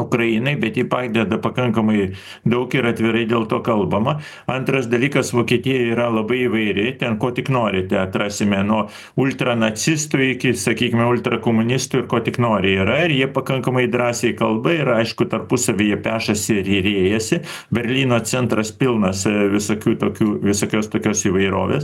ukrainai bet ji padeda pakankamai daug ir atvirai dėl to kalbama antras dalykas vokietija yra labai įvairi ten ko tik norite atrasime nuo ultranacistų iki sakykime ultrakomunistų ir ko tik nori yra ir jie pakankamai drąsiai kalba ir aišku tarpusavy jie pešasi ir riejasi berlyno centras pilnas visokių tokių visokios tokios įvairovės